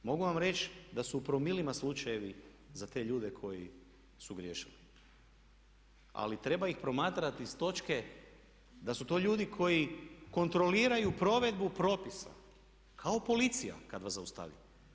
Mogu vam reći da su u promilima slučajevi za te ljude koji su griješili ali treba ih promatrati s točke da su to ljudi koji kontroliraju provedbu propisa kao policija kad vas zaustavi.